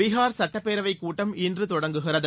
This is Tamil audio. பீகார் சட்டப் பேரவைக் கூட்டம் இன்று தொடங்குகிறது